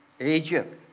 Egypt